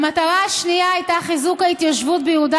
והמטרה השנייה הייתה חיזוק ההתיישבות ביהודה